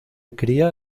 cría